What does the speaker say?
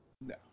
No